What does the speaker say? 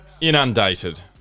Inundated